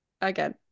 Again